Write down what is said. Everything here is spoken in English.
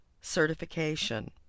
certification